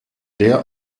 der